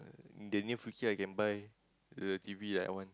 then in future I can buy the T_V I want